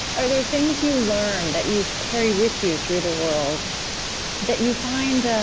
are there things you learned that you carry with you through the world that you find